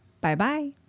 Bye-bye